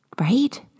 right